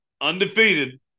undefeated